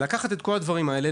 לקחת את כל הדברים האלה,